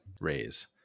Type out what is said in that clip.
raise